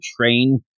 train